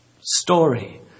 story